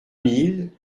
mille